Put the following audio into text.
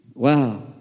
Wow